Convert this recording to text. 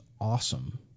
awesome